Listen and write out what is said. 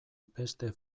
beste